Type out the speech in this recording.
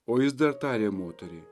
o jis dar tarė moteriai